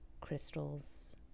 crystals